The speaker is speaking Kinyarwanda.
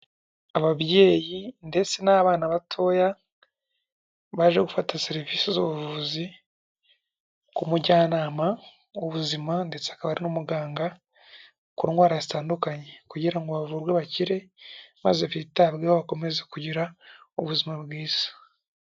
Ababyeyi ndetse n'abana batoya baje gufata serivisi z'ubuvuzi ku mujyanama w'ubuzima ndetse akaba ari n'umuganga ku ndwara zitandukanye, kugirango bavurwe bakire maze bitabweho bakomeze kugira ubuzima bwiza.